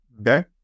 Okay